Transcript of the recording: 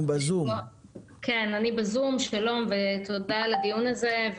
שלום ותודה על הדיון הזה.